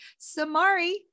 Samari